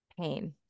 pain